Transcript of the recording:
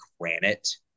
granite